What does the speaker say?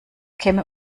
käme